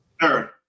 third